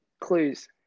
clues